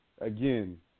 again